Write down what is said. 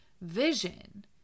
vision